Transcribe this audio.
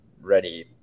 ready